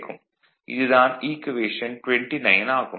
இது தான் ஈக்குவேஷன் 29 ஆகும்